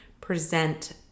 present